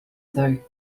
though